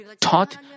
taught